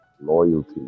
loyalty